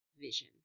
vision